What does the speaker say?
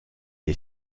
est